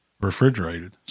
refrigerated